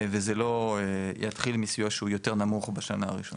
וזה לא יתחיל מסיוע שהוא יותר נמוך בשנה הראשונה.